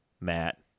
Matt